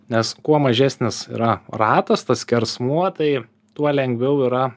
nes kuo mažesnis yra ratas tas skersmuo tai tuo lengviau yra